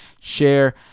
share